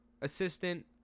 assistant